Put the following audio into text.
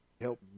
Help